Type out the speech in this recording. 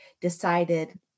decided